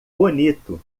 bonito